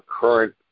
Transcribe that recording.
current